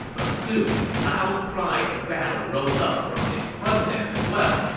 but soon, loud cries of battle rose up from in front of them as well.